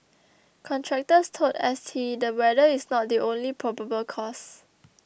contractors told S T the weather is not the only probable cause